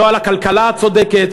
לא על הכלכלה הצודקת,